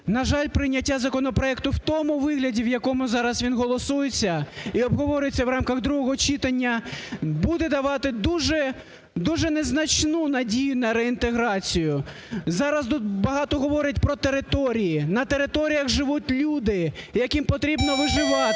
На жаль, прийняття законопроекту в тому вигляді, в якому зараз він голосується і обговорюється в рамках другого читання, буде давати дуже незначну надію на реінтеграцію. Зараз тут багато говорять про території. На територіях живуть люди, яким потрібно виживати.